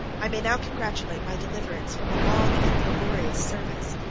i may now congratulate my deliverance from a long and laborious service,